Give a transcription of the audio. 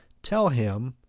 tell him,